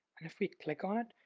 and if we click on it,